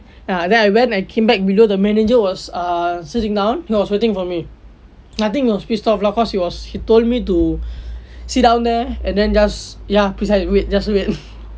ya then I went and came back below the manager was err sitting down he was waiting for me I think he was pissed off lah cause he was he told me to sit down there and then just ya preci~ wait just wait